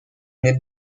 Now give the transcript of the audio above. n’êtes